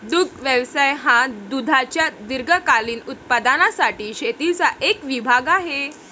दुग्ध व्यवसाय हा दुधाच्या दीर्घकालीन उत्पादनासाठी शेतीचा एक विभाग आहे